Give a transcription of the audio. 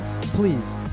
please